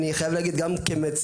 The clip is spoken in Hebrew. אני חייב להגיד גם כמציע,